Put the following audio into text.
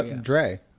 Dre